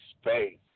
space